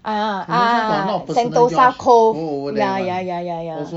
!aiya! ah ah ah ah sentosa cove ya ya ya ya ya